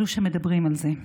אלו שמדברים על זה,